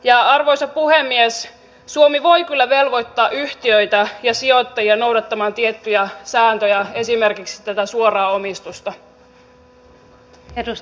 ja arvoisa puhemies suomi voi kyllä velvoittaa yhtiöitä ja sijoittajia noudattamaan tiettyjä sääntöjä esimerkiksi tätä suoraa omistusta